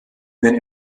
den